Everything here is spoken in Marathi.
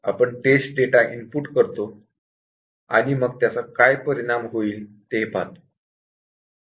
नंतर आपण टेस्ट डेटा इनपुट करतो आणि मग त्याचा परिणाम काय होईल ते पाहतो